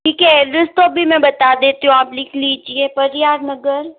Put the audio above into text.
ठीक है एड्रेस तो अभी मैं बता देती हूँ आप लिख लीजिए परिहार नगर